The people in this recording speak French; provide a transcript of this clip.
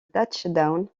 touchdown